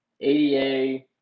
ADA